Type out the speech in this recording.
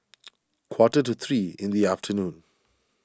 quarter to three in the afternoon